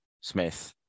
Smith